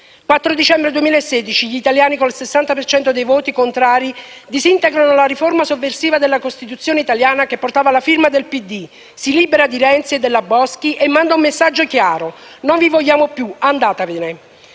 4 Dicembre 2016: gli italiani, con il 60 per cento dei voti contrari, disintegrano la riforma sovversiva della Costituzione italiana che portava la firma del PD, si liberano di Renzi e della Boschi e mandano un messaggio chiaro: non vi vogliamo più, andatevene.